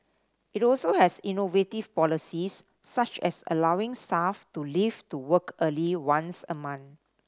it also has innovative policies such as allowing staff to leave to work early once a month